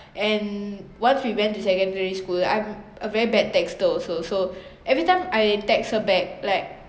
and once we went to secondary school I'm a very bad texter also so everytime I text her back like